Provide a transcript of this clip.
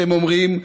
אתם אומרים,